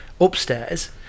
upstairs